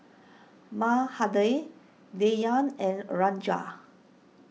Mahade Dhyan and a Ranga